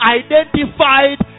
identified